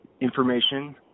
information